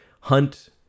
hunt